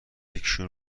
یکیشون